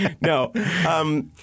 No